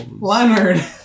Leonard